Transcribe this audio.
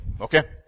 Okay